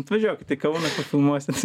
atvažiuokit į kauną pafilmuosit